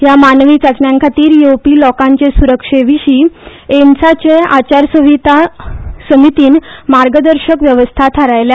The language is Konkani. ह्या मानवी चाचण्याखातीर येवपी लोकाचे सुरक्षेविशी एम्साचे आचारसंहिता समितीन मार्गदर्शक व्यवस्था थारायल्या